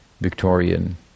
Victorian